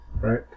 right